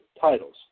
titles